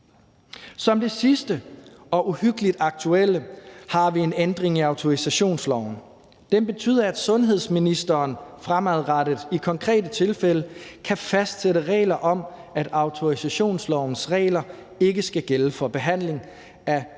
Som det sidste og uhyggeligt aktuelle har vi en ændring i autorisationsloven. Den betyder, at sundhedsministeren fremadrettet i konkrete tilfælde kan fastsætte regler om, at autorisationslovens regler ikke skal gælde for behandling af